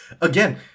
Again